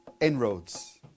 inroads